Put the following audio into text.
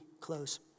close